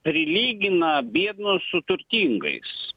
prilygina bėdnus su turtingais